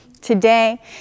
today